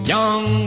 Young